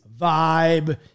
vibe